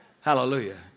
Hallelujah